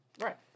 Right